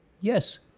Yes